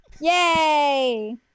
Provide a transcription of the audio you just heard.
Yay